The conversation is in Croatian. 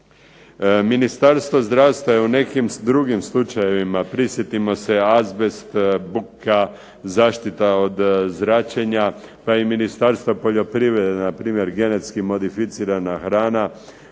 Ministarstvo zdravstva je u nekim drugim slučajevima, prisjetimo se azbest, buka, zaštita od zračenja, pa i Ministarstva poljoprivrede npr. genetski modificirana hrana